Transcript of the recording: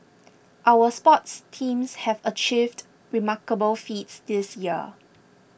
our sports teams have achieved remarkable feats this year